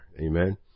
Amen